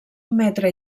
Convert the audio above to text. metre